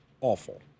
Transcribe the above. awful